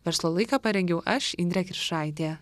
verslo laiką parengiau aš indrė kiršaitė